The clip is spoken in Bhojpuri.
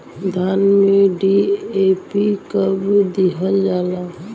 धान में डी.ए.पी कब दिहल जाला?